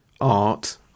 art